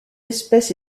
espèce